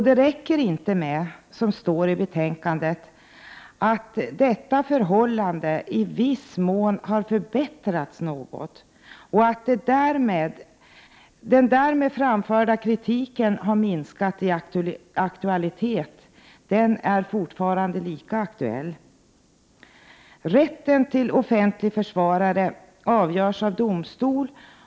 Det räcker inte — som det står i betänkandet — att detta förhållande i viss mån har förbättrats något och att den därmed framförda kritiken har minskat i aktualitet. Den är ju fortfarande lika aktuell. Om man skall ha rätt till offentlig försvarare avgörs av domstol, och de olikheter Prot.